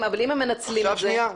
אבל אם מנצלים את זה?